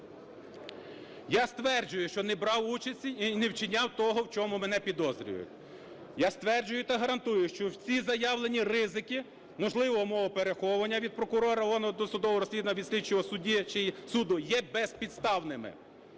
Я стверджую, що не брав участі і не вчиняв того, в чому мене підозрюють. Я стверджую та гарантую, що в ці заявлені ризики можливого мого переховування від прокурора, органу досудового розслідування, від слідчого судді чи суду є безпідставними.